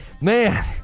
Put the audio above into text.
man